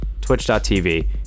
Twitch.tv